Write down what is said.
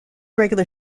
regular